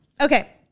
Okay